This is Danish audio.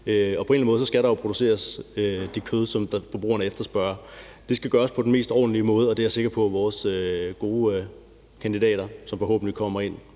På en eller anden måde skal der jo produceres det kød, som forbrugerne efterspørger. Det skal gøres på den mest ordentlige måde, og det er jeg sikker på vores gode kandidater, som forhåbentlig kommer